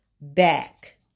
back